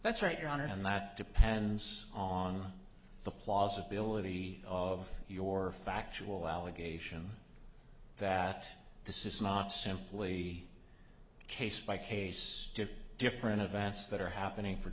that's right your honor and that depends on the plausibility of your factual allegation that this is not simply a case by case different events that are happening for